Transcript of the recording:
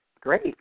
great